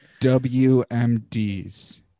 WMDs